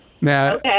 Now